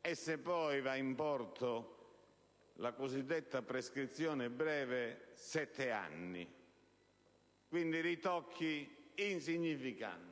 e, se poi va in porto la cosiddetta prescrizione breve, sette anni. Si tratta quindi di ritocchi insignificanti,